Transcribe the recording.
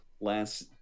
last